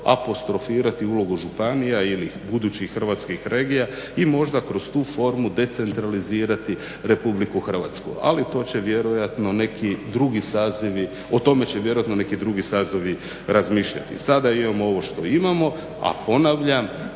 apostrofirati ulogu županija ili budućih hrvatskih regija i možda kroz tu formu decentralizirati Republiku Hrvatsku. Ali to će vjerojatno neki drugi sazivi, o tome će vjerojatno neki drugi sazivi razmišljati. Sada imamo ovo što imamo a ponavljam